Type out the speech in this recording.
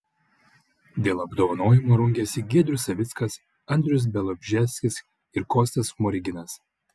dėl apdovanojimo rungėsi giedrius savickas andrius bialobžeskis ir kostas smoriginas